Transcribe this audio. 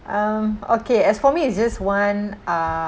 mm okay as for me it's just one uh